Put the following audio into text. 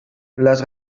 les